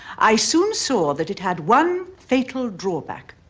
i soon saw that it had one fatal drawback.